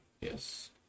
yes